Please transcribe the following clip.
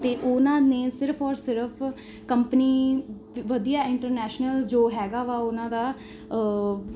ਅਤੇ ਉਹਨਾਂ ਨੇ ਸਿਰਫ ਔਰ ਸਿਰਫ ਕੰਪਨੀ ਵਧੀਆ ਇੰਟਰਨੈਸ਼ਨਲ ਜੋ ਹੈਗਾ ਵਾ ਉਹਨਾਂ ਦਾ